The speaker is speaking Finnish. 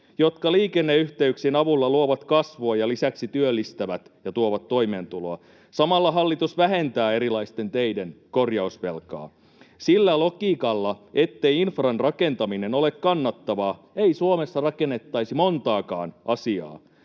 jotka liikenneyhteyksien avulla luovat kasvua ja lisäksi työllistävät ja tuovat toimeentuloa. Samalla hallitus vähentää erilaisten teiden korjausvelkaa. Sillä logiikalla, ettei infran rakentaminen ole kannattavaa, ei Suomessa rakennettaisi montaakaan asiaa.